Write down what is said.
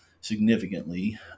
significantly